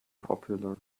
popular